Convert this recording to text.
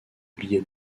billets